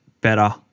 better